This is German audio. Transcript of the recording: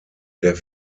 der